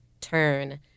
turn